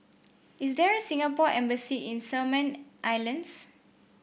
is there a Singapore Embassy in Solomon Islands